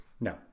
No